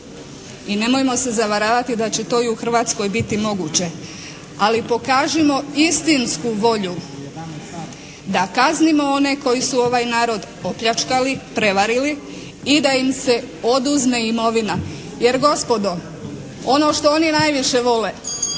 I nemojmo se zavaravati da će to i u Hrvatskoj biti moguće, ali pokažimo istinsku volju da kaznimo one koji su ovaj narod opljačkali, prevarili i da im se oduzme imovina. Jer gospodo ono što oni najviše vole